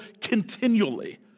continually